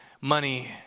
money